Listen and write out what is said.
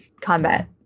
combat